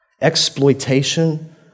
exploitation